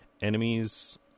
enemies